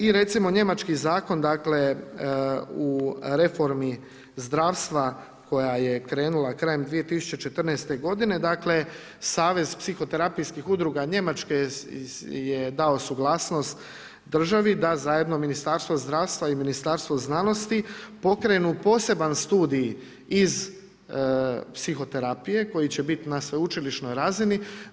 I recimo njemački zakon u reformi zdravstva, koja je krenula krajem 2014.g. dakle, savez psihoterapijskih udruga Njemačke je dao suglasnost državi da zajedno Ministarstvo zdravstva i Ministarstvo znanosti pokrenu poseban studij iz psihoterapije, koji će biti na sveučilišnoj razini.